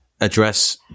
address